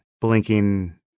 blinking